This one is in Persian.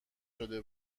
شده